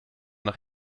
nach